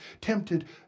tempted